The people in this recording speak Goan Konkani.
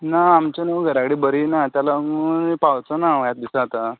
ना आमचे न्हू घरा कडेन बरी नात तेका लागून पावचोना हांव ह्या दिसा आतां